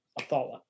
Athala